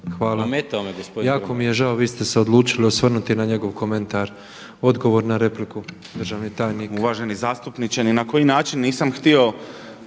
Hvala. Jako mi je žao vi ste se odlučili osvrnuti na njegov komentar. Odgovor na repliku državni tajnik. **Škarica, Mihovil** Uvaženi zastupniče, ni na koji način nisam htio